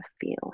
feel